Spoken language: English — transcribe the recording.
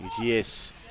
Yes